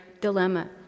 dilemma